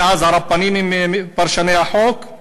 ואז הרבנים הם פרשני החוק,